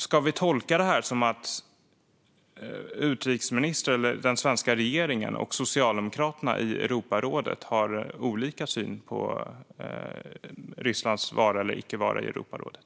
Ska vi tolka detta som att utrikesministern, den svenska regeringen, och Socialdemokraterna i Europarådet har olika syn på Rysslands vara eller icke vara i Europarådet?